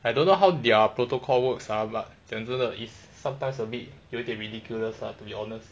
I don't know how their protocol works ah but 讲真的 is sometimes a bit 有点 ridiculous lah to be honest